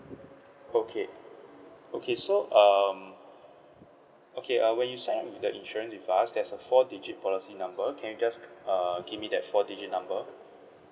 okay okay so um okay err when you sign up the insurance with us there's a four digit policy number can you just err give me that four digit number